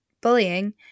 bullying